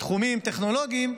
בתחומים טכנולוגיים,